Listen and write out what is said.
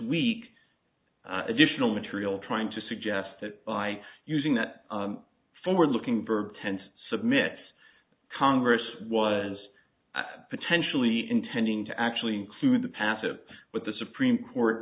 week additional material trying to suggest that by using that forward looking verb tense submit congress was potentially intending to actually include the passive with the supreme court